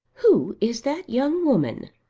who is that young woman?